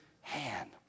hand